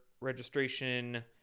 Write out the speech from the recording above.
registration